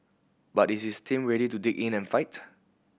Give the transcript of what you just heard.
but is his team ready to dig in and fight